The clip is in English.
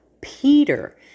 Peter